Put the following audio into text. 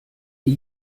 die